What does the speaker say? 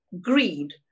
greed